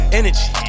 energy